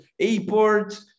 airport